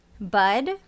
Bud